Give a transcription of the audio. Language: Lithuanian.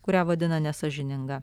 kurią vadina nesąžininga